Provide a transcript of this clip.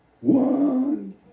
one